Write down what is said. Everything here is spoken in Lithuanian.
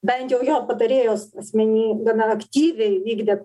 bent jau jo patarėjos asmeny gana aktyviai vykdė